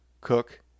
Cook